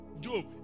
Job